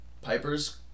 Piper's